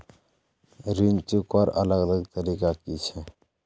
ऋण चुकवार अलग अलग तरीका कि छे?